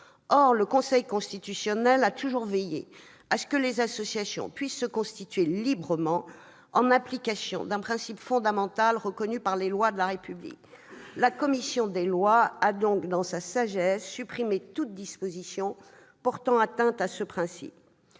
Or le Conseil constitutionnel a toujours veillé à ce que les associations puissent se « constituer librement », en application d'un principe fondamental reconnu par les lois de la République. La commission des lois a donc, dans sa sagesse, supprimé toute disposition portant atteinte à ce principe.